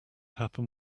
happen